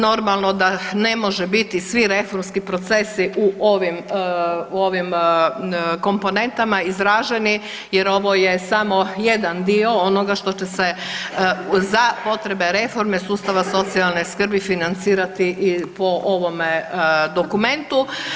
Normalno da ne može biti svi reformski procesi u ovim, u ovim komponentama izraženi jer ovo je samo jedan dio onoga što će se za potrebe reforme sustava socijalne skrbi financirati i po ovome dokumentu.